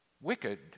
wicked